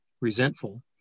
resentful